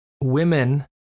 women